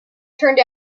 turned